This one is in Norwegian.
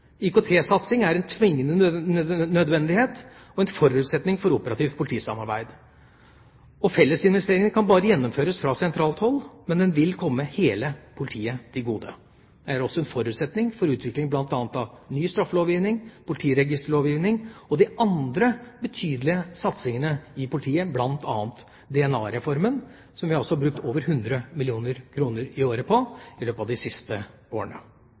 IKT-satsing er en tvingende nødvendighet og en forutsetning for operativt politisamarbeid. Fellesinvesteringene kan bare gjennomføres fra sentralt hold, men de vil komme hele politiet til gode. Det har også vært en forutsetning for utviklingen av ny straffelovgivning, politiregisterlovgivning og de andre betydelige satsingene i politiet, bl.a. DNA-reformen, som vi har brukt over 100 mill. kr i året på i løpet av de siste årene.